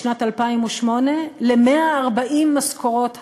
בשנת 2008 ל-140 משכורות היום.